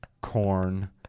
corn